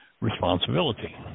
responsibility